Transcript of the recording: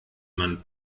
man